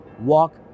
walk